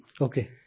Okay